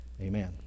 amen